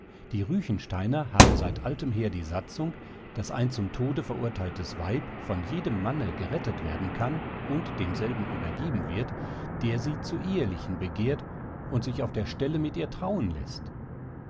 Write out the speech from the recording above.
die ruechensteiner haben seit altem her die satzung daß ein zum tode verurteiltes weib von jedem manne gerettet werden kann und demselben übergeben wird der sie zu ehelichen begehrt und sich auf der stelle mit ihr trauen läßt